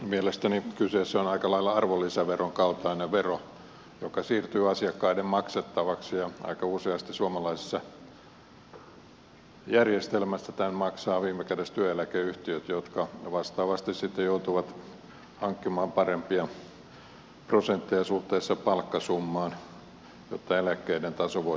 mielestäni kyseessä on aika lailla arvonlisäveron kaltainen vero joka siirtyy asiakkaiden maksettavaksi ja aika useasti suomalaisessa järjestelmässä tämän maksavat viime kädessä työeläkeyhtiöt jotka vastaavasti sitten joutuvat hankkimaan parempia prosentteja suhteessa palkkasummaan jotta eläkkeiden taso voitaisiin pitää entisellään